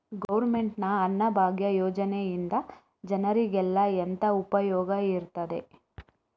Government ನ ಅನ್ನಭಾಗ್ಯ ಯೋಜನೆಯಿಂದ ಜನರಿಗೆಲ್ಲ ಎಂತ ಉಪಯೋಗ ಇರ್ತದೆ?